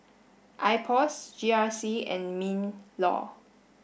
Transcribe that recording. IPOS G R C and MINLAW